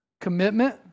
Commitment